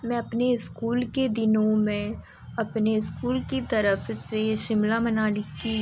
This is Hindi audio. मैं अपने स्कूल के दिनों में अपने स्कूल की तरफ से शिमला मनाली की